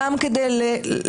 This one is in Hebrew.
בג"ץ ביטל 22 חוקים.